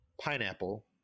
pineapple